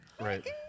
Right